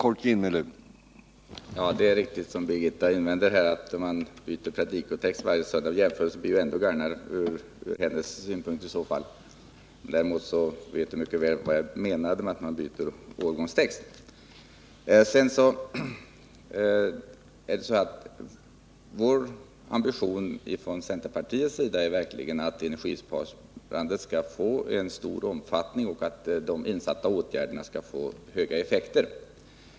Herr talman! Det är riktigt som Birgitta Dahl invänder att man byter predikotext varje söndag. Men jämförelsen blir ju ännu värre för hennes del i så fall. Däremot vet hon mycket väl vad jag menade med att man byter årgångstext. Vår ambition från centerpartiets sida är verkligen att energisparandet skall få stor omfattning och att insatta åtgärder skall ge hög effekt.